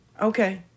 Okay